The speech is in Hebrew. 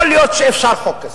יכול להיות שאפשר חוק כזה.